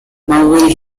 mowbray